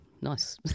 Nice